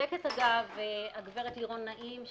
צודקת אגב הגברת לירון נעים,